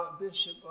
Bishop